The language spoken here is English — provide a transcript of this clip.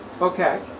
Okay